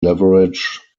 leverage